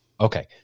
Okay